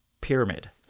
Pyramid